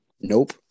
Nope